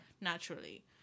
naturally